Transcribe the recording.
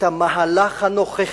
את המהלך הנוכחי,